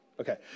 Okay